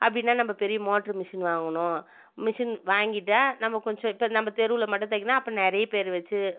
அப்படின்னா நம்ம பெரிய மோட்ரு மிஷின் வாங்கணும் மிஷின் வாங்கிட்டால் நம்ம கொஞ்சம் இப்போ நம்ம தெருவில் மட்டும் தைக்கணுன்னால் அப்போ நிறைய பேர் வைச்சு